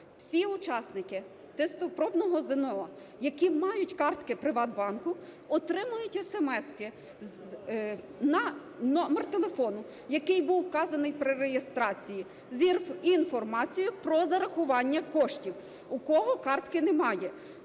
Всі учасники пробного ЗНО, які мають картки "ПриватБанку" отримають есемески на номер телефону, який був вказаний при реєстрації, з інформацією про зарахування коштів. У кого картки немає,